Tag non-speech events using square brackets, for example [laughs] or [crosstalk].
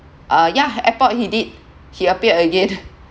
uh yeah airport he did he appeared again [laughs]